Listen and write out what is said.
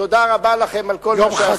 תודה רבה לכם על כל מה שעשיתם.